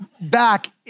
back